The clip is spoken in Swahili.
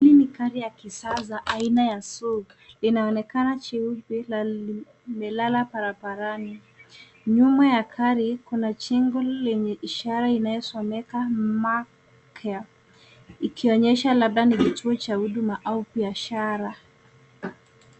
Hii ni gari ya kisasa aina ya Suk inaonekana jeupe na limelala barabarani, nyuma ya gari kuna shingo lenye ishara inaosomenga omecare ikionyesha labda ni kituo cha huduma au biashara.